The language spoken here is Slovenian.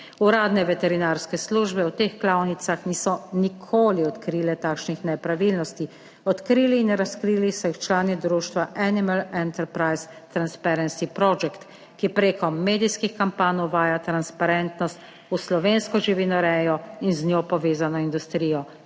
Uradne veterinarske službe v teh klavnicah niso nikoli odkrile takšnih nepravilnosti, odkrili in razkrili so jih člani društva Animal Enterprise Transparency Project, ki preko medijskih kampanj uvaja transparentnost v slovensko živinorejo in z njo povezano industrijo.